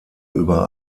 über